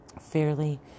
fairly